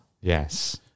yes